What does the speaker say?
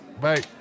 bye